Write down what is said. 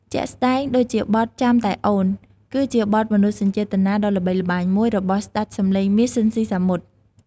ជាក់ស្តែងដូចជាបទ ចាំតែអូន គឺជាបទមនោសញ្ចេតនាដ៏ល្បីល្បាញមួយរបស់ស្តេចសម្លេងមាស ស៊ីន ស៊ីសាមុត ។